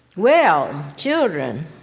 well, children.